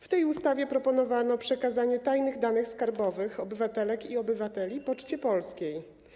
W tej ustawie proponowano przekazanie tajnych danych skarbowych obywatelek i obywateli Poczcie Polskiej.